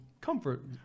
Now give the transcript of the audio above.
comfort